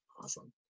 awesome